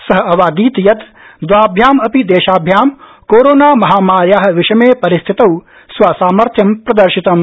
सः अवादीत् यत् दवाभ्याम् अपि देशाभ्याम् कोरोना महामार्या विषमे परिस्थितौ स्वसामर्थ्य प्रदर्शितम्